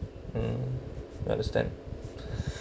mm you understand